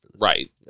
Right